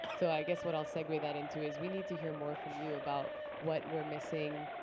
so i guess what i'll segue that into is we need to hear more from you about what we're missing,